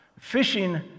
fishing